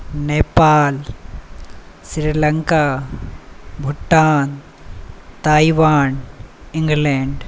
Nepal Sri Lanka Bhutan Taiwan England